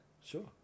sure